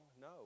no